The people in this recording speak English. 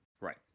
Right